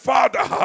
Father